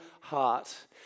heart